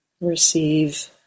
Receive